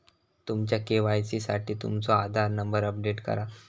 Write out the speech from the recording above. तुमच्या के.वाई.सी साठी तुमचो आधार नंबर अपडेट करा